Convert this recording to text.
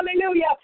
hallelujah